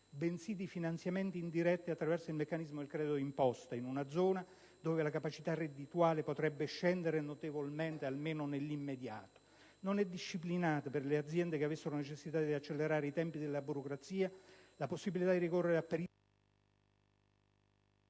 bensì di finanziamenti indiretti attraverso il meccanismo del credito d'imposta, in una zona dove la capacità reddituale potrebbe scendere notevolmente, almeno nell'immediato. Non è disciplinata, per le aziende che avessero necessità di accelerare i tempi della burocrazia, la possibilità di ricorrere a perizie